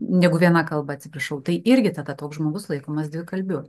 negu viena kalba atsiprašau tai irgi tada toks žmogus laikomas dvikalbiu